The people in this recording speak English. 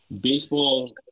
Baseball